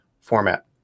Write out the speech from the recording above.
format